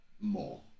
more